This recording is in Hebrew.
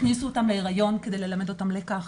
הכניסו אותם להיריון כדי ללמד אותן לקח.